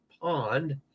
pond